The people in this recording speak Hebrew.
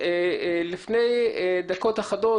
לפני דקות אחדות,